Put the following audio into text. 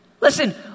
Listen